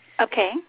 Okay